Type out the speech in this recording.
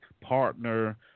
partner